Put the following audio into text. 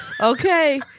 Okay